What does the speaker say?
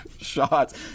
shots